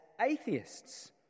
atheists